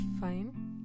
fine